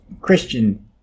Christian